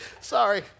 sorry